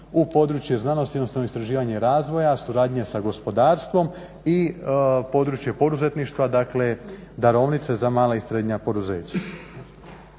u područje znanosti, odnosno istraživanje i razvoja, suradnje sa gospodarstvom i područje poduzetništva, dakle darovnice za mala i srednja poduzeća.